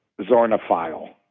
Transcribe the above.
Zornophile